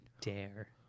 dare